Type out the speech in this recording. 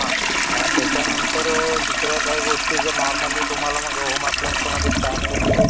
हा हा त्याच्यानंतर दुसऱ्या काही गोष्टी जर नॉर्मली तुम्हाला मग होम अप्लायन्समध्ये फॅन वगैरे